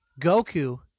Goku